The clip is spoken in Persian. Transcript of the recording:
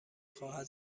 خواهد